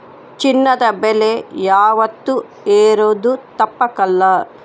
ಚಿನ್ನದ ಬೆಲೆ ಯಾವಾತ್ತೂ ಏರೋದು ತಪ್ಪಕಲ್ಲ